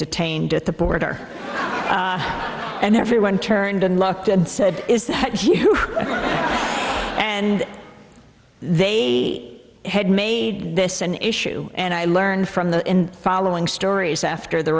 detained at the border and everyone turned and looked and said and they had made this an issue and i learned from the following stories after the